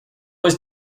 was